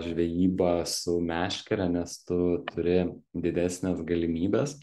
žvejyba su meškere nes tu turi didesnes galimybes